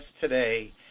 today